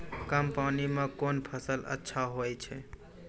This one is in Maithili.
कम पानी म कोन फसल अच्छाहोय छै?